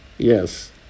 Yes